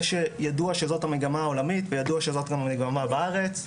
שידוע שזאת המגמה העולמית והמגמה בארץ.